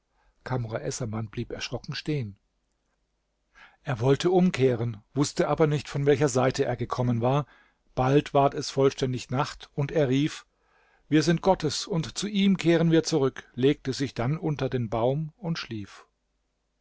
kamr essaman blieb erschrocken stehen er wollte umkehren wußte aber nicht von welcher seite er gekommen war bald ward es vollständig nacht und er rief wir sind gottes und zu ihm kehren wir zurück legte sich dann unter den baum und schlief